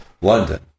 London